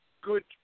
good